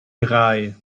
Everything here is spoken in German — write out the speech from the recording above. drei